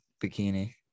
bikini